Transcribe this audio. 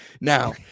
Now